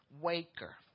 Waker